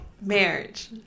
Marriage